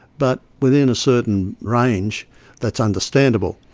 but within a certain range that's understandable.